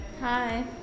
Hi